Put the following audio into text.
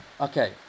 okay